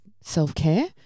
self-care